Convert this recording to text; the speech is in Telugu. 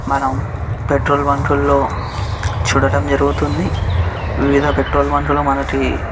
మనం పెట్రోల్ బంకుల్లో చూడటం జరుగుతుంది వివిధ పెట్రోల్ బంకులో మనకి